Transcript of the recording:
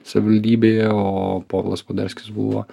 savivaldybėje o povilas poderskis buvo